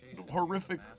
horrific